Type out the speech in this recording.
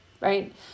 right